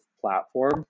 platform